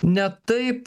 ne taip